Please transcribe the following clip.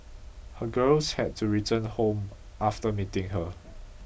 her girls had to return home after meeting her